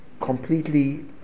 completely